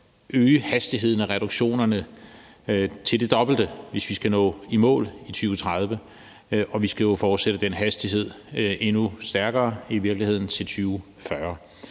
øge hastigheden af reduktionerne til det dobbelte, hvis vi skal nå i mål i 2030, og vi skal fortsætte med den hastighed og i virkeligheden øge den til 2040.